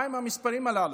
מהם המספרים הללו?